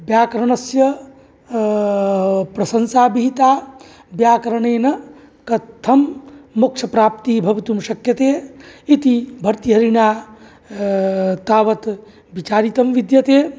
व्याकरणस्य प्रशंसाविहिता व्याकरणेन कथं मोक्षप्राप्तिः भवितुं शक्यते इति भर्तृहरिणा तावत् विचारितं विद्यते